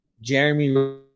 Jeremy